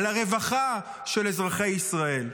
על הרווחה של אזרחי ישראל.